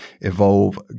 evolve